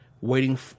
waiting